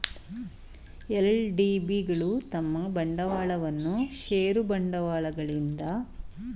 LDB ಗಳು ತಮ್ಮ ಬಂಡವಾಳವನ್ನು ಷೇರು ಬಂಡವಾಳಗಳಿಂದ ಸಂಗ್ರಹಿಸುತ್ತದೆ